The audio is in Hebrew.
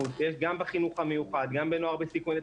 יש גם בחינוך המיוחד, גם בנוער בסיכון.